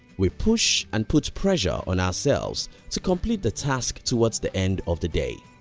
we push and put pressure on ourselves to complete the task towards the end of the day.